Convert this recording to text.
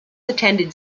attended